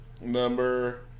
Number